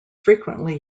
frequently